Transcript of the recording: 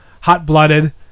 Hot-Blooded